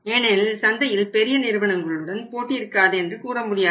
ஏனெனில் சந்தையில் பெரிய நிறுவனங்களுடன் போட்டி இருக்காது என்று கூறமுடியாது